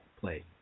play